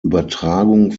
übertragung